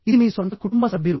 ఇది మీ సొంత కుటుంబ సభ్యులు